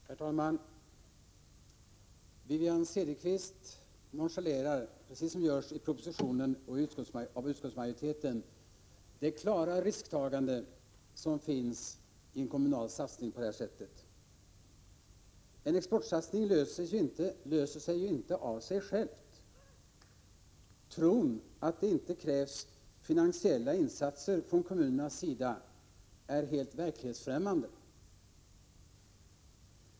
Herr talman! Wivi-Anne Cederqvist nonchalerar, precis som propositionen och utskottsmajoriteten, det klara risktagande som finns i en kommunal satsning av det här slaget. En exportsatsning löser sig inte av sig själv. Tron att det inte krävs finansiella insatser från kommunernas sida är helt verklighetsfrämmande.